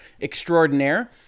extraordinaire